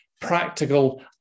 practical